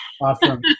Awesome